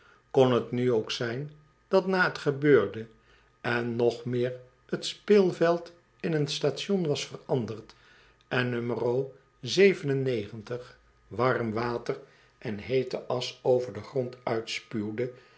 kon t nu ook zijn dat na t gebeurde en nog meer t speelveld in een station was veranderd en warm water en heete asch over den grond uitspuwde